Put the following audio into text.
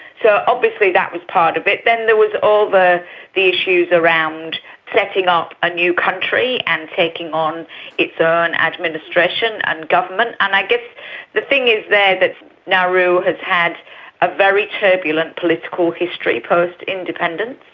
so obviously that was part of it. then there was all the the issues around setting up a new country and taking on its own administration and government, and i guess the thing is there that nauru has had a very turbulent political history post independence.